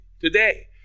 today